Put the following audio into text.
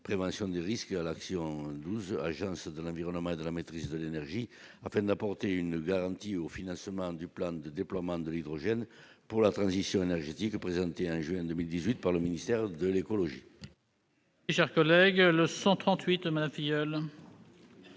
Prévention des risques », à l'action n° 12, Agence de l'environnement et de la maîtrise de l'énergie, afin d'apporter une garantie au financement du plan de déploiement de l'hydrogène pour la transition énergétique, présenté en juin 2018 par le ministère de la